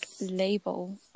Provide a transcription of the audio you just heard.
label